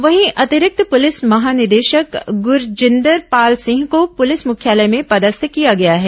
वहीं अतिरिक्त पुलिस महानिदेशक गुरजिंदर पाल सिंह को पुलिस मुख्यालय में पदस्थ किया गया है